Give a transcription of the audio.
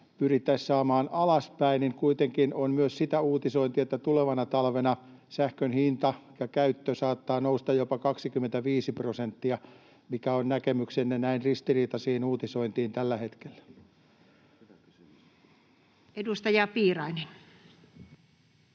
pyrittäisiin saamaan alaspäin, niin kuitenkin on myös sitä uutisointia, että tulevana talvena sähkön hinta ja käyttö saattavat nousta jopa 25 prosenttia. Mikä on näkemyksenne näin ristiriitaisiin uutisointeihin tällä hetkellä? [Speech